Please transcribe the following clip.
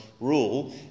rule